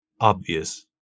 obvious